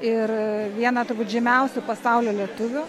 ir vieną turbūt žymiausių pasaulio lietuvių